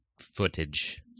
footage